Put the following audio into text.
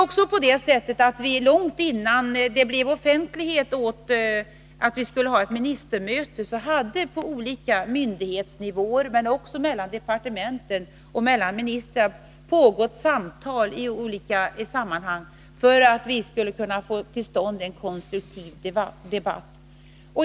Långt innan det blev offentligt att vi skulle ha ministermöte, hade samtal på olika myndighetsnivåer men också mellan departement och ministrar pågått i skilda sammanhang för att vi skulle kunna få till stånd en konstruktiv debatt.